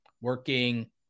working